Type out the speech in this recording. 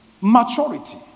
maturity